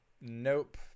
Nope